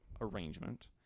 arrangement